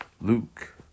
Luke